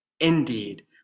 Indeed